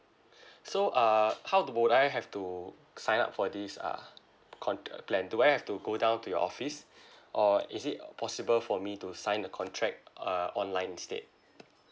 so uh how to would I have to sign up for these uh con~ uh plan do I have to go down to your office or is it uh possible for me to sign a contract uh online instead